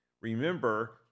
Remember